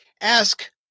ask